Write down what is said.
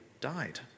died